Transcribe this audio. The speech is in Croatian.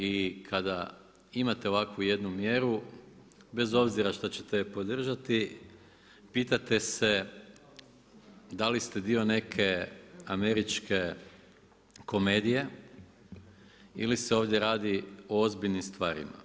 I kada imate ovakvu jednu mjeru, bez obzira što ćete podržati pitate se da li ste dio neke američke komedije ili se ovdje radi o ozbiljnim stvarima.